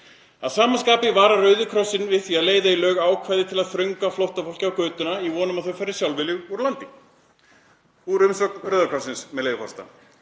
Að sama skapi varar Rauði krossinn við því að leiða í lög ákvæði til að þröngva flóttafólki á götuna í von um að þau fari sjálfviljug úr landi. Úr umsögn Rauða krossins, með leyfi forseta: